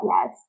yes